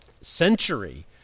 century